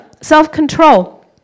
self-control